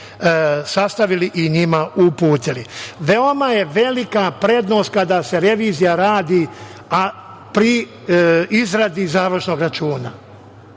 sastavili i njima uputili. Veoma je velika prednost kada se revizija radi pri izradi završnog računa.